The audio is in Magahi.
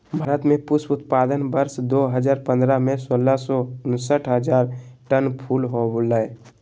भारत में पुष्प उत्पादन वर्ष दो हजार पंद्रह में, सोलह सौ उनसठ हजार टन फूल होलय